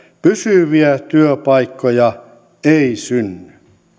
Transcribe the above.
pysyviä työpaikkoja ei synny